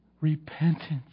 repentance